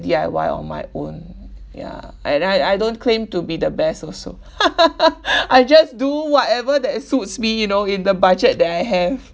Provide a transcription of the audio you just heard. D_I_Y on my own ya and I I don't claim to be the best also I just do whatever that suits me you know in the budget that I have